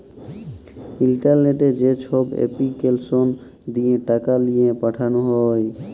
ইলটারলেটে যেছব এপলিকেসল দিঁয়ে টাকা লিঁয়ে পাঠাল হ্যয়